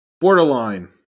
Borderline